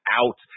out